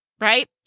right